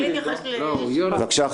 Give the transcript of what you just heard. חברת הכנסת פרומן, בבקשה.